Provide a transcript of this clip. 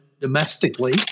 domestically